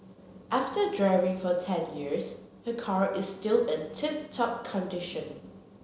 after driving for ten years her car is still in tip top condition